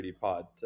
Pod